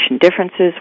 differences